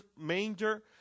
manger